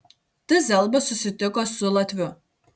t zelba susitiko su latviu